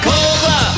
Cobra